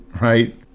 right